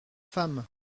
femme